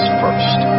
first